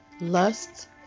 lust